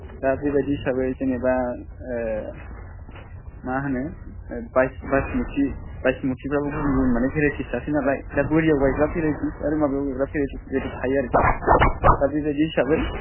दा बेबायदि हिसाबै जेन'बा मा होनो बासमति बयसमतिबाबो गुबुन गुबुन माने भेरायटिस थासै नालाय दा बोरियाव गायग्रा भेरायटिस आरो माबायाव गायग्रा भेरायटिस बेबायदि थायो आरोखि दा बेबायदि हिसाबै